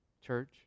church